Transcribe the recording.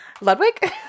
Ludwig